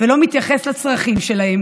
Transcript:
ולא מתייחס לצרכים שלהם,